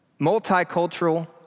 multicultural